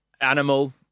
animal